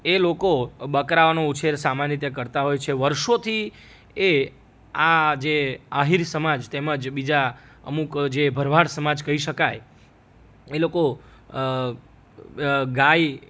એ લોકો બકરાઓનો ઉછેર સામાન્ય રીતે કરતાં હોય છે વર્ષોથી એ આ જે આહીર સમાજ તેમજ બીજા અમુક જે ભરવાડ સમાજ કહી શકાય એ લોકો ગાય